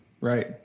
Right